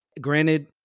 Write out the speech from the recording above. Granted